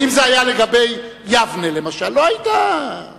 אם זה היה לגבי יבנה, למשל, לא היית אומר.